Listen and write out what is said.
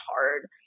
hard